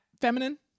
feminine